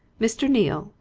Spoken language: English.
mr. neale!